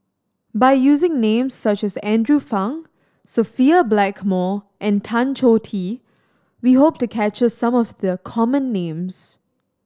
by using names such as Andrew Phang Sophia Blackmore and Tan Choh Tee we hope to capture some of the common names